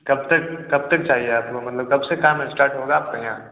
कब तक कब तक चाहिए आपको मतलब कब से काम स्टार्ट होगा आपका यहाँ